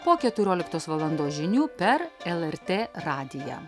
po keturioliktos valandos žinių per lrt radiją